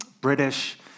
British